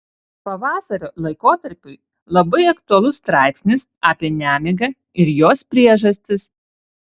pavasario laikotarpiui labai aktualus straipsnis apie nemigą ir jos priežastis